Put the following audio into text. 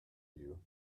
you